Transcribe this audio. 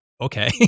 okay